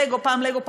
פעם לגו,